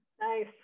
Nice